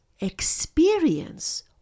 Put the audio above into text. experience